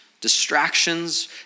distractions